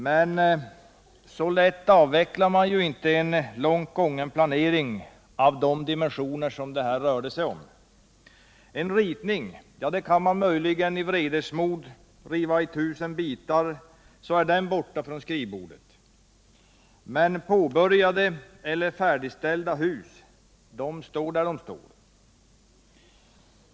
Men så lätt avvecklar man ju inte en långt gången planering av dessa dimensioner. En ritning kan man möjligen i vredesmod riva i tusen bitar så är den borta från skrivbordet, men påbörjade eller färdigställda hus står där de står.